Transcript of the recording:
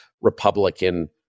Republican